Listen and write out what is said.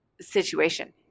situation